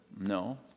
No